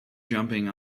jumping